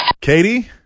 Katie